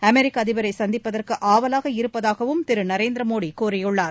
அமெரிக்க அதிபரை சந்திப்பதற்கு ஆவலாக இருப்பதாகவும் திரு நரேந்திர மோடி கூறியுள்ளார்